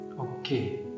Okay